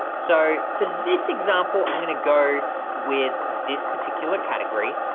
so for this example, i'm gonna go with this particular category,